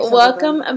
welcome